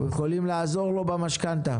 אנחנו יכולים לעזור לו במשכנתה.